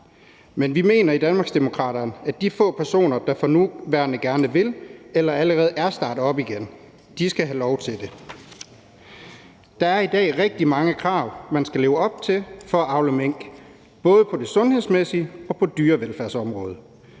men vi mener i Danmarksdemokraterne, at de få personer, der for nuværende gerne vil starte eller allerede er startet op igen, skal have lov til det. Der er i dag rigtig mange krav, man skal leve op til for at avle mink, både på det sundhedsmæssige område og på dyrevelfærdsområdet.